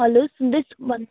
hello सुन्दैछु भन्